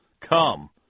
Come